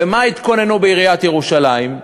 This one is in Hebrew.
למה התכוננו בעיריית ירושלים?